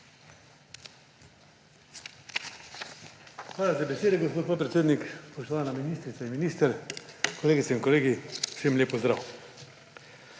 Hvala za besedo, gospod podpredsednik. Spoštovana ministrica in minister, kolegice in kolegi vsem lep pozdrav!